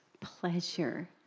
pleasure